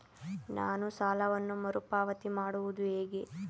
ನಾನು ಸಾಲವನ್ನು ಮರುಪಾವತಿ ಮಾಡುವುದು ಹೇಗೆ?